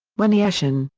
when eetion,